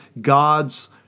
God's